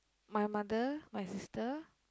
my mother my sister